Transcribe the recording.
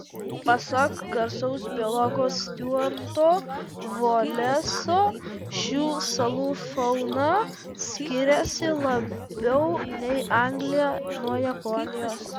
pasak garsaus biologo stiuarto voleso šių salų fauna skiriasi labiau nei anglija nuo japonijos